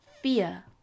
fear